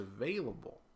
available